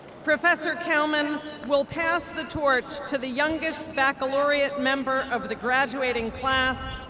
professor cowman will pass the torch to the youngest baccalaureate member of the graduating class,